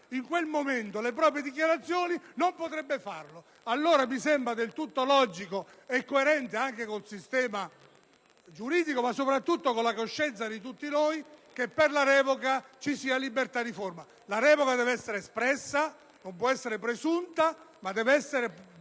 in quel momento le proprie dichiarazioni non potrebbe farlo. Allora, mi sembra del tutto logico e coerente, anche con il sistema giuridico (ma soprattutto con la coscienza di tutti noi), che per la revoca ci sia libertà di forma. La revoca deve essere espressa, non può essere presunta, ma deve poter